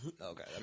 Okay